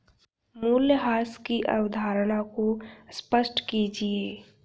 मूल्यह्रास की अवधारणा को स्पष्ट कीजिए